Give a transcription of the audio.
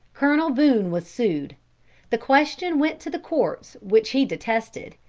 colonel boone was sued the question went to the courts which he detested,